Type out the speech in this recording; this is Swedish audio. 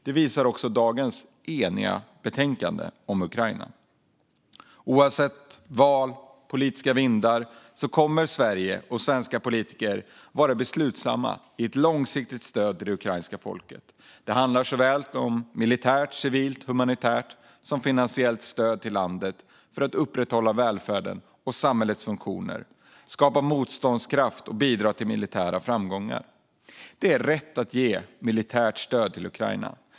Det visar också dagens eniga betänkande om Ukraina. Oavsett val och politiska vindar kommer Sverige och svenska politiker att vara beslutsamma i ett långsiktigt stöd till det ukrainska folket. Det handlar om såväl militärt som civilt, humanitärt och finansiellt stöd till landet för att upprätthålla välfärden och samhällets funktioner, skapa motståndskraft och bidra till militära framgångar. Det är rätt att ge militärt stöd till Ukraina.